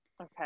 okay